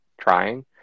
trying